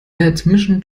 admission